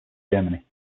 germany